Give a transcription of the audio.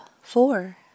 four